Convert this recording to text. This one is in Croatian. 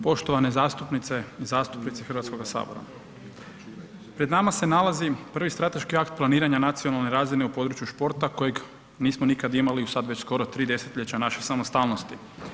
Poštovane zastupnice i zastupnici Hrvatskoga sabora, pred nama se nalazi prvi strateški akt planiranja nacionalne razine u području športa kojeg nismo nikad imali u sad već skoro 3 desetljeća naše samostalnosti.